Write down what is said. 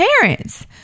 Parents